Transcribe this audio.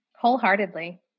Wholeheartedly